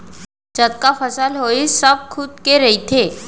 जतका फसल होइस सब खुद के रहिथे